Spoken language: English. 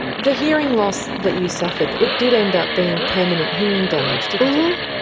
the hearing loss that you suffered, it did end up being permanent hearing damage didn't